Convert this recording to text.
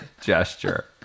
gesture